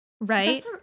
right